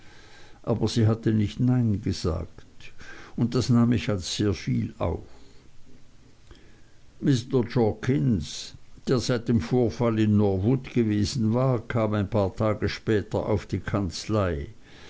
aber sie hatte nicht nein gesagt und das nahm ich als sehr viel auf mr jorkins der seit dem vorfall in norwood gewesen war kam ein paar tage später auf die kanzlei